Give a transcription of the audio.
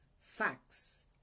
facts